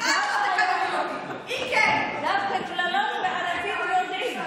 ווליד טאהא קילל אותי מעל בימת הכנסת.